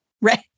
Right